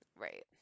Right